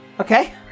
Okay